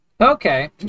Okay